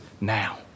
now